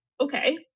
okay